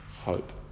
hope